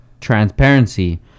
transparency